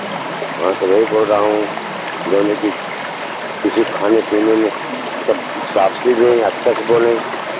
हाँ तो वही बोल रहा हूँ जौने कि किसी को खाने पीने में सब शाबाशी दें अच्छा से बोलें